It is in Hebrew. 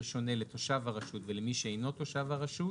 שונה לתושב הרשות ולמי שאינו תושב הרשות